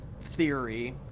theory